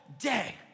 day